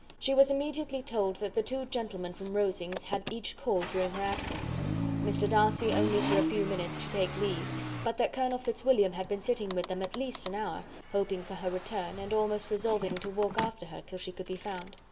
she was immediately told that the two gentlemen from rosings had each called during her absence mr. darcy, only for a few minutes, to take leave but that colonel fitzwilliam had been sitting with them at least an hour, hoping for her return, and almost resolving to walk after her till she could be found.